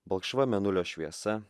balkšva mėnulio šviesa